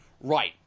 Right